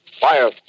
Fire